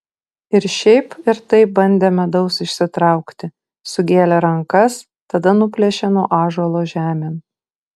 ir šiaip ir taip bandė medaus išsitraukti sugėlė rankas tada nuplėšė nuo ąžuolo žemėn